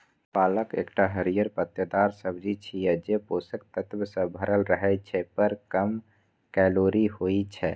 पालक एकटा हरियर पत्तेदार सब्जी छियै, जे पोषक तत्व सं भरल रहै छै, पर कम कैलोरी होइ छै